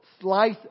slice